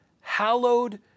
hallowed